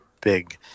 big